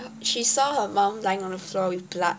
she saw her mum lying on the floor with blood